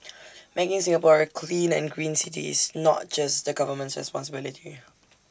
making Singapore A clean and green city is not just the government's responsibility